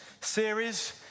series